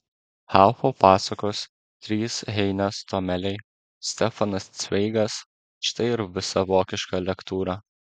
haufo pasakos trys heinės tomeliai stefanas cveigas štai ir visa vokiška lektūra